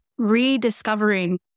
Rediscovering